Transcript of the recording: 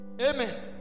Amen